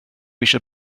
eisiau